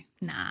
Nah